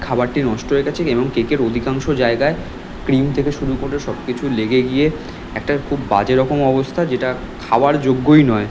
খাবারটি নষ্ট হয়ে গিয়েছে এবং কেকের অধিকাংশ জায়গায় ক্রিম থেকে শুরু করে সব কিছু লেগে গিয়ে একটা খুব বাজে রকম অবস্থা যেটা খাওয়ার যোগ্যই নয়